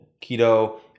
keto